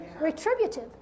retributive